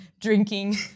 drinking